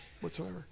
whatsoever